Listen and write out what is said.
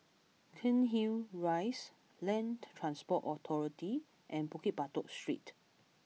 Cairnhill Rise Land Transport Authority and Bukit Batok Street